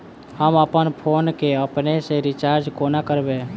हम अप्पन फोन केँ अपने सँ रिचार्ज कोना करबै?